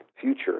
future